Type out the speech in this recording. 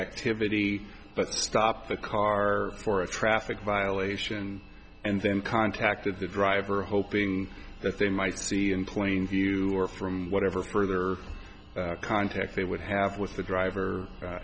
activity but stopped the car for a traffic violation and then contacted the driver hoping that they might see in plain view or from whatever further contact they would have with the driver